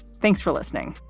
thanks for listening.